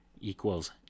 equals